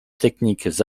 techniques